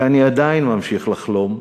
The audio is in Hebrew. ואני עדיין ממשיך לחלום,